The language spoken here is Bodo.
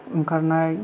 ओंखारनाय